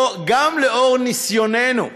גם לאור ניסיוננו,